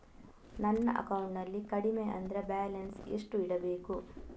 ನನ್ನ ಅಕೌಂಟಿನಲ್ಲಿ ಕಡಿಮೆ ಅಂದ್ರೆ ಬ್ಯಾಲೆನ್ಸ್ ಎಷ್ಟು ಇಡಬೇಕು?